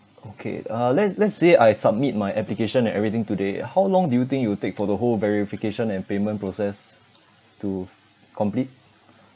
okay uh let's let's say I submit my application and everything today how long do you think it will take for the whole verification and payment process to complete